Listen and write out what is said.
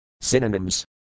Synonyms